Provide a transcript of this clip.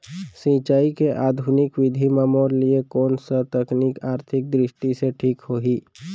सिंचाई के आधुनिक विधि म मोर लिए कोन स तकनीक आर्थिक दृष्टि से ठीक होही?